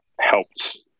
helped